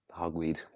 Hogweed